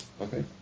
Okay